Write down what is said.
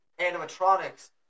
animatronics